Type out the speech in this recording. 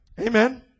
Amen